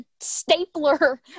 stapler